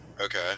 Okay